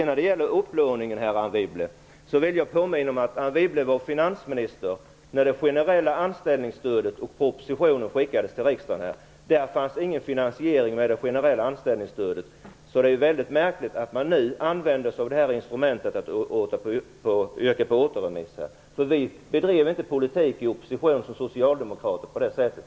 När det gäller upplåningen vill jag påminna om att Anne Wibble var finansminister när propositionen om det generella anställningsstödet skickades till riksdagen. Det fanns ingen finansiering av det generella anställningsstödet. Det är mycket märkligt att man nu använder sig av instrumentet att yrka återremiss. Vi socialdemokrater bedrev inte politik i opposition på det sättet.